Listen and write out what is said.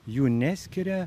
jų neskiria